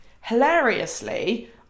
hilariously